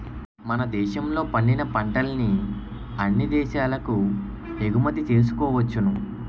మన దేశంలో పండిన పంటల్ని అన్ని దేశాలకు ఎగుమతి చేసుకోవచ్చును